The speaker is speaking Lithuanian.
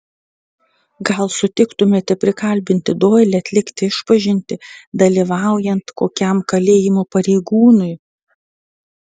gal sutiktumėte prikalbinti doilį atlikti išpažintį dalyvaujant kokiam kalėjimo pareigūnui